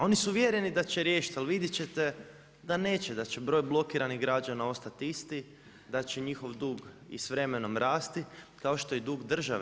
Oni su uvjereni da će riješiti ali vidjet ćete da neće, da će broj blokiranih građana ostat isti, da će njihov dug i s vremenom rasti kao što je i dug države.